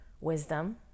wisdom